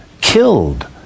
killed